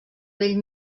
bell